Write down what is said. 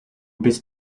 bist